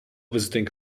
visiting